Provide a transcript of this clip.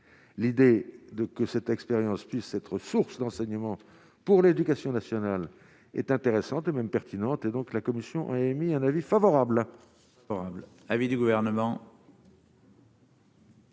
l'idée de que cette expérience puisse être source d'enseignements pour l'éducation nationale est intéressantes et même pertinentes et donc la commission a émis un avis favorable,